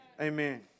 Amen